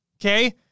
Okay